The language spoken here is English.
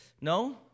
No